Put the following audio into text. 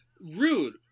rude